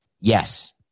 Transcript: Yes